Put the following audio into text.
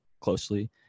closely